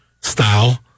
style